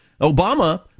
Obama